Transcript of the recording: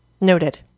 noted